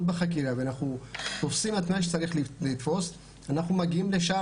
בחקירה ואנחנו תופסים את מה שצריך לתפוס אנחנו מגיעים לשאר